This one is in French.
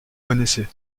connaissez